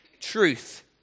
Truth